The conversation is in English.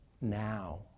now